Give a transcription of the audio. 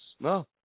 No